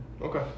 okay